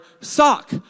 sock